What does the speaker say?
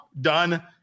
done